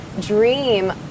dream